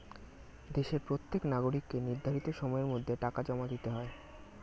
দেশের প্রত্যেক নাগরিককে নির্ধারিত সময়ের মধ্যে টাকা জমা দিতে হয়